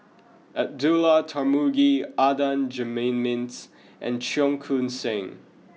Abdullah Tarmugi Adan Jimenez and Cheong Koon Seng